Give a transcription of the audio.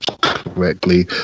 correctly